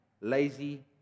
lazy